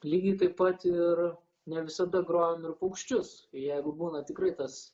lygiai taip pat ir ne visada grojam ir paukščius jeigu būna tikrai tas